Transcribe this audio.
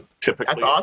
typically